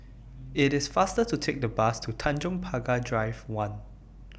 IT IS faster to Take The Bus to Tanjong Pagar Drive one